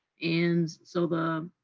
and so the,